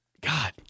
God